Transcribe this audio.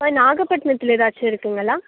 இப்போ நாகபட்ணத்தில் எதாச்சும் இருக்குங்களா